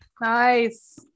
nice